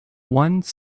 one